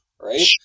right